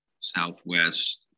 southwest